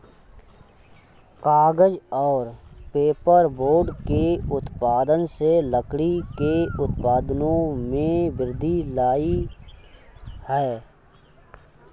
कागज़ और पेपरबोर्ड के उत्पादन ने लकड़ी के उत्पादों में वृद्धि लायी है